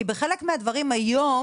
כי בחלק מהדברים היום,